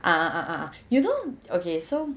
ah ah ah ah ah you know okay so